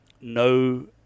no